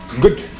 good